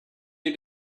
you